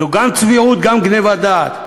זו גם צביעות, גם גנבת דעת.